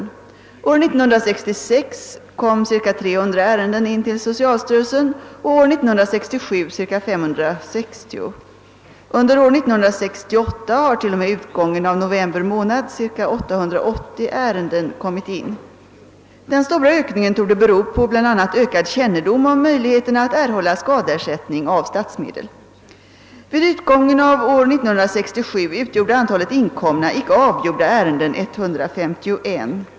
År 1966 kom ca 300 ärenden in till socialstyrelsen och år 1967 ca 560. Under år 1968 har t.o.m. utgången av november månad ca 880 ärenden kommit in. Den stora ökningen torde bero på bla. ökad kännedom om möjligheterna att erhålla skadeersättning av statsmedel. Vid utgången av år 1967 utgjorde antalet inkomna, icke avgjorda ärenden 151.